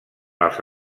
els